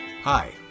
Hi